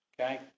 okay